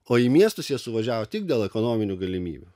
o į miestus jie suvažiavo tik dėl ekonominių galimybių